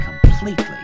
completely